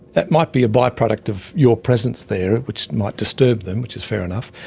that might be a by-product of your presence there which might disturb them, which is fair enough.